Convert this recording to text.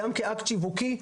גם כאקט שיווקי.